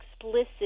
explicit